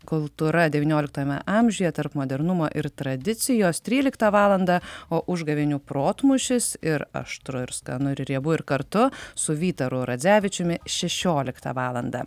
kultūra devynioliktajame amžiuje tarp modernumo ir tradicijos tryliktą valandą o užgavėnių protmūšis ir aštru ir skanu ir riebu ir kartu su vytaru radzevičiumi šešioliktą valandą